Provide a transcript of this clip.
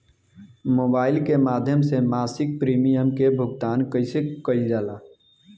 Mobile के माध्यम से मासिक प्रीमियम के भुगतान कैसे कइल जाला?